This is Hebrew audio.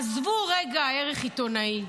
עזבו רגע ערך עיתונאי,